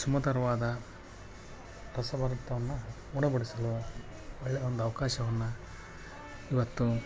ಸುಮಧುರವಾದ ರಸಭರಿತವನ್ನು ಉಣಬಡಿಸಲು ಒಳ್ಳೆಯ ಒಂದು ಅವಕಾಶವನ್ನ ಇವತ್ತು